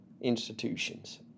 institutions